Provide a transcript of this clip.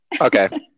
Okay